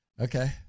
Okay